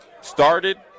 started